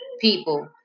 people